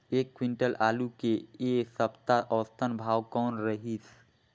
एक क्विंटल आलू के ऐ सप्ता औसतन भाव कौन रहिस?